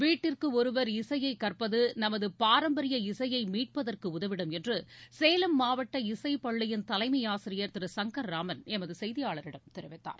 வீட்டுக்கு ஒருவர் இசையை கற்பது நமது பாரம்பரிய இசையை மீட்பதற்கு உதவிடும் என்று சேலம் மாவட்ட இசை பள்ளியின் தலைமை ஆசிரியர் திரு சங்கர்ராமன் எமது செய்தியாளரிடம் தெரிவித்தார்